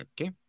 Okay